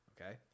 okay